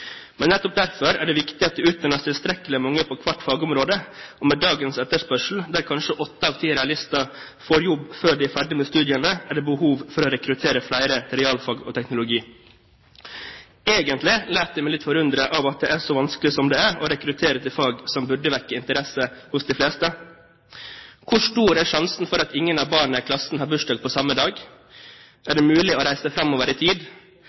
Men nettopp derfor er det viktig at det utdannes tilstrekkelig mange på hvert fagområde, og med dagens etterspørsel, der kanskje åtte av ti realister får jobb før de er ferdig med studiene, er det behov for å rekruttere flere til realfag og teknologi. Egentlig lar jeg meg litt forundre over at det er så vanskelig som det er å rekruttere til fag som burde vekke interesse hos de fleste. Hvor stor er sjansen for at ingen av barna i klassen har bursdag på samme dag? Er det mulig å reise framover i tid?